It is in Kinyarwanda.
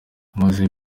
moses